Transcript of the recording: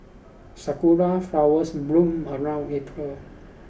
sakura flowers bloom around April